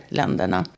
länderna